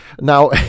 Now